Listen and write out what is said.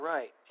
Right